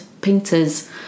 painters